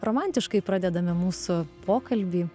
romantiškai pradedame mūsų pokalbį